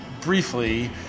Briefly